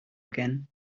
again